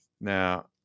Now